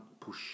push